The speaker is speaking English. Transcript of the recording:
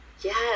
yes